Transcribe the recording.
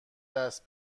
دست